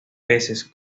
peces